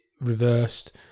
reversed